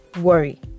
worry